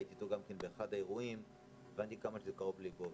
הבנתי כמה זה קרוב לליבו.